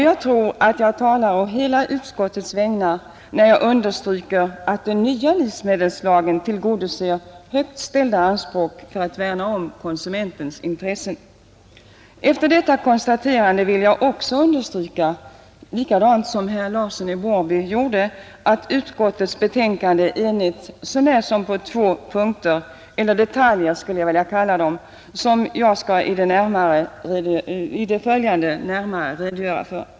Jag tror att jag talar på hela utskottets vägnar när jag understryker att den nya livsmedelslagen tillgodoser högt ställda anspråk på att värna om konsumenternas intressen. Efter detta konstaterande vill jag också understryka, liksom herr Larsson i Borrby gjorde, att utskottets betänkande är enhälligt så när som på två punkter eller detaljer, skulle jag vilja kalla dem, som jag i det följande närmare skall redogöra för.